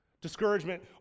Discouragement